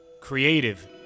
creative